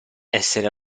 essere